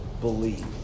believe